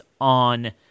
on